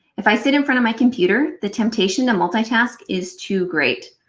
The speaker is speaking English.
if i sit in front of my computer, the temptation to multi-task is to great.